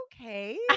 okay